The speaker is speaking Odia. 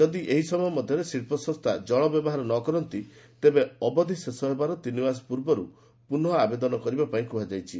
ଯଦି ଏହି ସମୟ ମଧ୍ୟରେ ଶି୍ରସଂସ୍ରା ଜଳ ବ୍ୟବହାର ନ କରନ୍ତି ତେବେ ଅବଧି ଶେଷ ହେବାର ତିନିମାସ ପୁର୍ବରୁ ପୁନଃ ଆବେଦନ କରିବା ପାଇଁ କୁହାଯାଇଛି